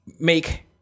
make